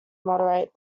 moderate